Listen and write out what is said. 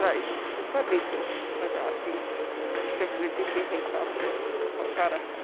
price ऊपर नीचे बाजार की स्टेबिलिटी के हिसाब से होता रहता है